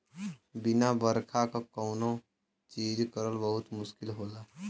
बिना बरखा क कौनो चीज करल बहुत मुस्किल होला